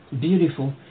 Beautiful